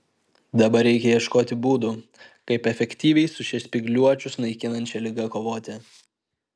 dabar reikia ieškoti būdų kaip efektyviai su šia spygliuočius naikinančia liga kovoti